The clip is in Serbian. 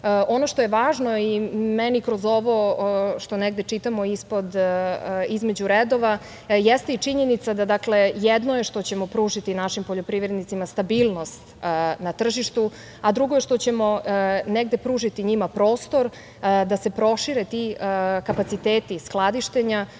Ono što je važno i meni kroz ovo što negde čitamo između redova, jeste i činjenica, dakle, jedno je što ćemo pružiti našim poljoprivrednicima stabilnost na tržištu, a drugo što ćemo negde pružiti njima prostor da se prošire ti kapaciteti skladištenja